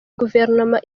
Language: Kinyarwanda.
guverinoma